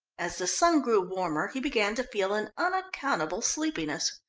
as the sun grew warmer he began to feel an unaccountable sleepiness.